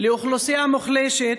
לאוכלוסייה מוחלשת,